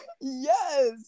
Yes